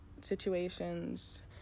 situations